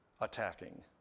attacking